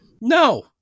No